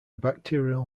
bacterial